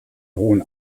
hohen